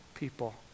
people